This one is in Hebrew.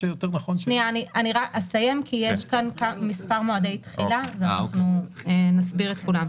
--- רק אסיים כי יש כאן מספר מועדי תחילה ואנחנו נסביר את כולם.